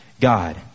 God